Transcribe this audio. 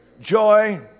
joy